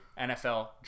NFL